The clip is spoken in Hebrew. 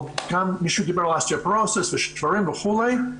אבל מישהו דיבר על אוסטאופורוזיס ושברים וכולי,